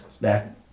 back